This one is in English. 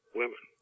women